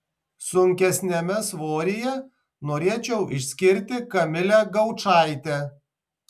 sunkesniame svoryje norėčiau išskirti kamilę gaučaitę